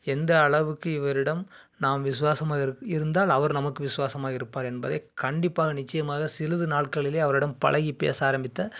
எந்த அளவுக்கு இவரிடம் நாம் விசுவாசமாக இரு இருந்தால் அவர் நமக்கு விசுவாசமாக இருப்பார் என்பதை கண்டிப்பாக நிச்சயமாக சிறிது நாட்களிலே அவரிடம் பழகி பேச ஆரம்பித்த